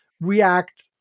react